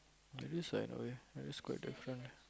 maybe like no ya ya that's quite different